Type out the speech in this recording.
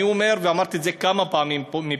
אני אומר ואמרתי את זה כבר כמה פעמים פה: